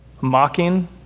mocking